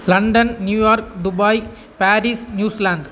London New York Dubai Paris New Zealand